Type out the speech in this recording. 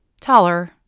Taller